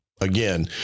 again